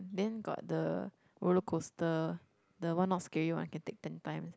then got the roller coaster the one not scary one I can take ten times